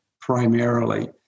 primarily